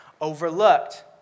overlooked